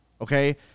Okay